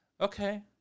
okay